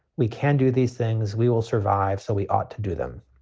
we can do these things. we will survive. so we ought to do them.